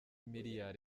miliyari